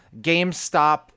gamestop